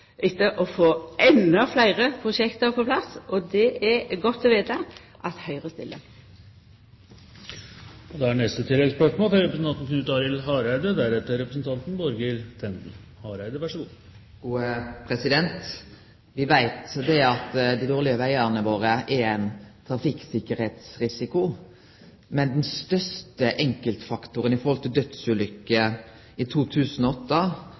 etter å få endå fleire prosjekt på plass. Det er godt å vita at Høgre stiller opp. Knut Arild Hareide – til oppfølgingsspørsmål. Me veit at dei dårlege vegane våre er ein trafikksikkerheitsrisiko, men den største enkeltfaktoren med omsyn til dødsulukker i 2008 var at det var for mange som køyrde med alkohol i